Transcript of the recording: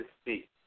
speak